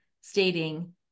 stating